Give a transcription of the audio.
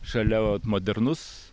šalia vat modernus